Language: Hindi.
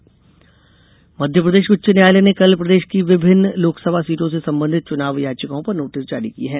चुनाव नोटिस मध्यप्रदेश उच्च न्यायालय ने कल प्रदेश की विभिन्न लोकसभा सीटों से संबंधित चुनाव याचिकाओं पर नोटिस जारी किये हैं